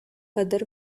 other